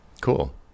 cool